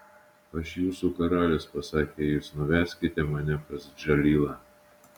aš jūsų karalius pasakė jis nuveskite mane pas džalilą